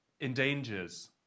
endangers